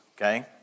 okay